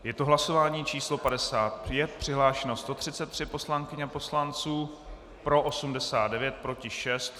Je to hlasování číslo 55, přihlášeno 133 poslankyň a poslanců, pro 89, proti 6.